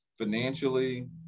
financially